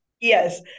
Yes